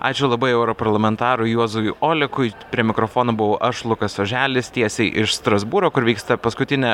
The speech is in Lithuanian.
ačiū labai europarlamentarui juozui olekui prie mikrofono buvau aš lukas oželis tiesiai iš strasbūro kur vyksta paskutinė